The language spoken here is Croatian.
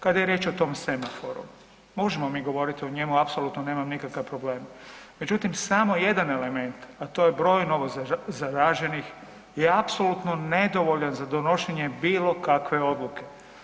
Kada je riječ o tom semaforu, možemo mi govoriti o njemu, apsolutno nemam nikakav problem, međutim, samo jedan element, a to je broj novozaraženih je apsolutno nedovoljan za donošenje bilo kakve odluke.